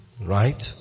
Right